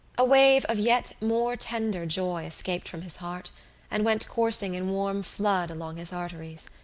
a wave of yet more tender joy escaped from his heart and went coursing in warm flood along his arteries.